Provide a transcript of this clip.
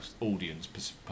audience